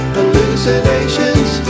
hallucinations